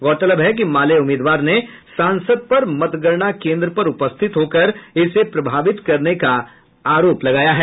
गौरतलब है कि माले उम्मीदवार ने सांसद पर मतगणना केन्द्र पर उपस्थित होकर इसे प्रभावित करने का आरोप लगाया है